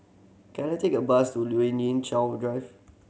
can I take a bus to Lien Ying Chow Drive